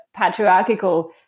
patriarchal